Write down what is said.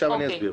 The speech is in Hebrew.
עכשיו אני אסביר.